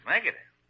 Negative